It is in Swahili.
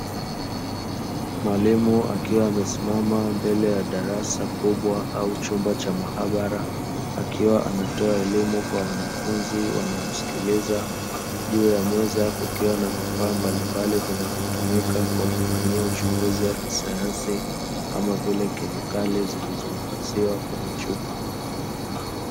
Mwalimu akiwa amesimama mbele ya darasa kubwa au chumba cha maabara, akiwa anatoa elimu kwa wanafunzi wanaomsikiliza, juu ya meza kukiwa na vifaa mbalimbali vinavyotumika kufanyia uchunguzi wa kisayansi, kama vile kemikali zilizohifadhiwa kwenye chupa.